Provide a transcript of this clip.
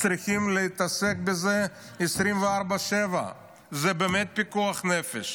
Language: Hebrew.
צריכים להתעסק בזה 24/7. זה באמת פיקוח נפש.